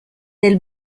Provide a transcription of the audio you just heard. del